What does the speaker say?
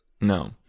no